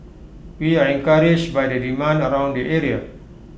we are encouraged by the demand around the area